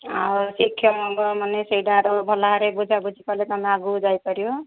ଆଉ ଶିକ୍ଷା ନେବ ମାନେ ସେଇଟାରେ ଭଲ ଭାବରେ ବୁଝାବୁଝି କଲେ ତମେ ଆଗକୁ ଯାଇ ପାରିବ